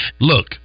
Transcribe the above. Look